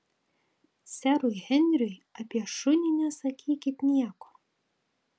serui henriui apie šunį nesakykit nieko